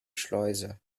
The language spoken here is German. schleuse